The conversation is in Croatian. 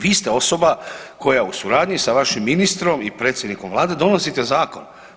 Vi ste osoba koja u suradnji sa vašim ministrom i predsjednikom Vlade donosite zakon.